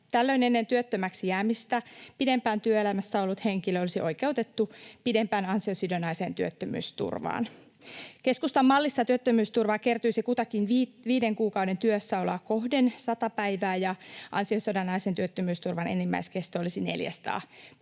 Tällöin ennen työttömäksi jäämistä pidempään työelämässä ollut henkilö olisi oikeutettu pidempään ansiosidonnaiseen työttömyysturvaan. Keskustan mallissa työttömyysturvaa kertyisi kutakin viiden kuukauden työssäoloa kohden 100 päivää ja ansiosidonnaisen työttömyysturvan enimmäiskesto olisi 400 päivää.